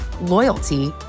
loyalty